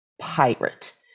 pirate